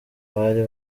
bari